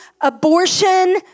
abortion